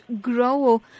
grow